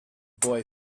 boy